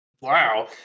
wow